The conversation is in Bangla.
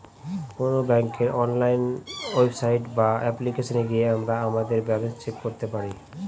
কোন ব্যাঙ্কের অনলাইন ওয়েবসাইট বা অ্যাপ্লিকেশনে গিয়ে আমরা আমাদের ব্যালান্স চেক করতে পারি